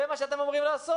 זה מה שאתם אמורים לעשות